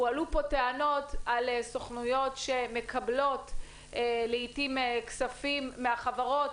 הועלו פה טענות על סוכנויות שמקבלות לעתים כספים מהחברות